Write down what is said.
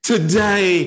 Today